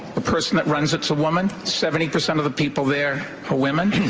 the person that runs it's a woman, seventy percent of the people there are women.